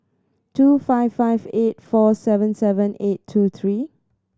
two five five eight four seven seven eight two three